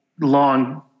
long